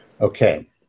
Okay